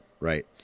Right